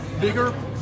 Bigger